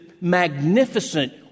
magnificent